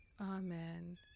Amen